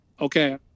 okay